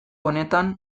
honetan